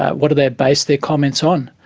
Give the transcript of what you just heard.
what do they base their comments on?